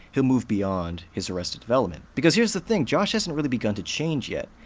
he'll move beyond his arrested development. because here's the thing, josh hasn't really begun to change yet.